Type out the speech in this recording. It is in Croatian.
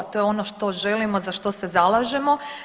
To je ono što želimo, za što se zalažemo.